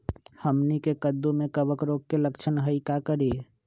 हमनी के कददु में कवक रोग के लक्षण हई का करी?